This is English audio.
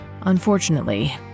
Unfortunately